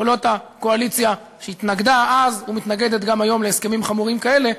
קולות הקואליציה שהתנגדה אז ומתנגדת גם היום להסכמים חמורים כאלה,